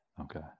Okay